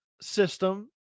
system